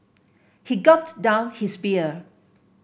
he gulped down his beer